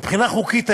מבחינה חוקית,